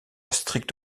stricte